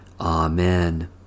Amen